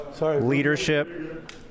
leadership